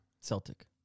Celtic